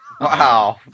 Wow